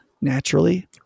naturally